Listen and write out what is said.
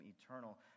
eternal